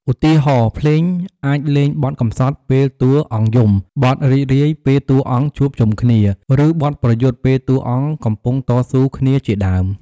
ឧទាហរណ៍ ភ្លេងអាចលេងបទកំសត់ពេលតួអង្គយំ បទរីករាយពេលតួអង្គជួបជុំគ្នា ឬបទប្រយុទ្ធពេលតួអង្គកំពុងតស៊ូគ្នាជាដើម។